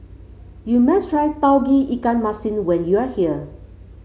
you must try Tauge Ikan Masin when you are here